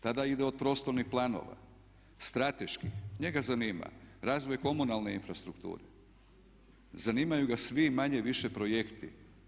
Tada ide od prostornih planova, strateških, njega zanima razvoj komunalne infrastrukture, zanimaju ga svi manje-više projekti.